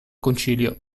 concilio